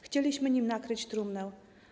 Chcieliśmy nim nakryć trumnę.